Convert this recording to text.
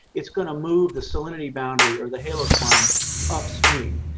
it's going to move the salinity boundary or the halocline upstream.